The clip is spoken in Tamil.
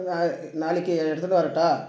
நாளைக்கு எடுத்துன்னு வரட்டா